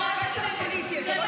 אפילו היושב-ראש שלך דיבר.